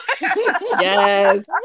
Yes